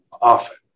often